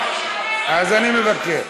אז אני מוותר.